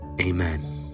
Amen